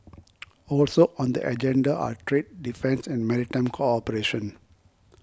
also on the agenda are trade defence and maritime cooperation